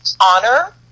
honor